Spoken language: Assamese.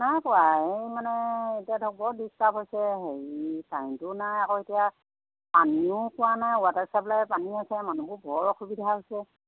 নাই কোৱা এই মানে এতিয়া ধৰক বৰ ডিষ্টাৰ্ব হৈছে হেৰি কাৰেণ্টো নাই আকৌ এতিয়া পানীও পোৱা নাই ৱাটাৰ চাপ্লাইৰ পানী আছে মানুহবোৰ বৰ অসুবিধা হৈছে